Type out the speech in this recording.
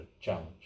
challenge